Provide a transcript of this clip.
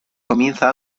comienza